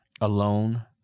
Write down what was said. alone